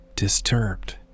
disturbed